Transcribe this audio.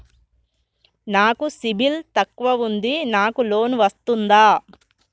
నాకు సిబిల్ తక్కువ ఉంది నాకు లోన్ వస్తుందా?